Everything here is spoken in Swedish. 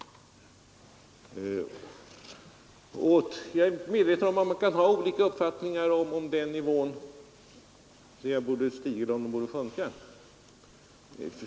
Jag är medveten om att man kan ha olika uppfattningar om den nivån — om den borde stiga eller om den borde sjunka.